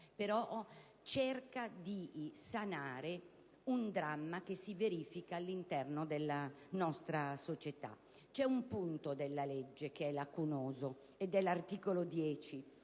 che cerca di sanare un dramma che si verifica all'interno della nostra società. C'è un punto della legge che risulta lacunoso. Mi riferisco all'articolo 10